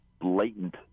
blatant